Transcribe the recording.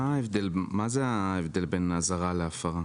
מה ההבדל בין אזהרה להפרה?